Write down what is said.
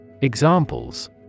Examples